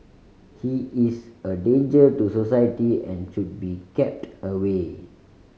he is a danger to society and should be kept away